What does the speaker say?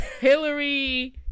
Hillary